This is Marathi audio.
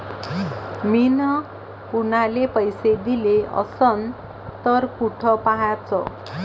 मिन कुनाले पैसे दिले असन तर कुठ पाहाचं?